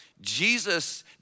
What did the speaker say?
Jesus